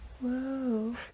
Whoa